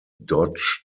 dodge